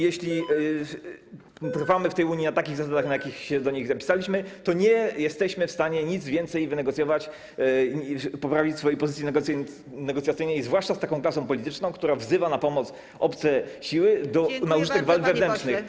Jeśli trwamy w Unii na takich zasadach, na jakich się do niej zapisaliśmy, to nie jesteśmy w stanie nic więcej wynegocjować i poprawić swojej pozycji negocjacyjnej, zwłaszcza z taką klasą polityczną, która wzywa na pomoc obce siły na użytek walk wewnętrznych.